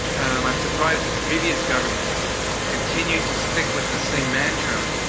and i'm surprised that the previous government continued to stick with the same mantra,